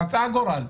רצה הגורל,